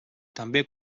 també